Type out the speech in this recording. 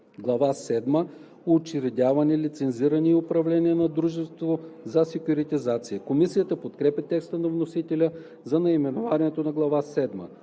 седма – Учредяване, лицензиране и управление на дружество за секюритизация“. Комисията подкрепя текста на вносителя за наименованието на Глава